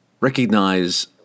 recognize